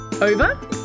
Over